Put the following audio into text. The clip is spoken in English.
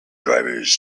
drivers